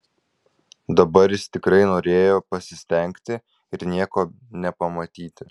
dabar jis tikrai norėjo pasistengti ir nieko nepamatyti